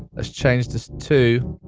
let's change this to